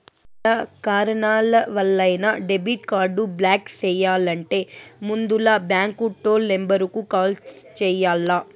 yeah కారణాలవల్లైనా debit card block చెయ్యాలంటే ముందల బాంకు టోల్ నెంబరుకు కాల్ చెయ్యాల్ల